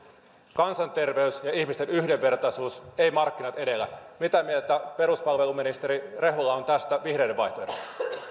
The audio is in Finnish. kansanterveys ja ihmisten yhdenvertaisuus ei markkinat edellä mitä mieltä peruspalveluministeri rehula on tästä vihreiden vaihtoehdosta